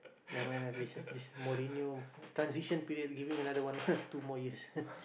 never mind lah this this Morinho transition period give him another one two more years